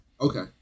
Okay